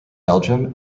belgium